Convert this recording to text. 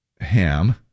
ham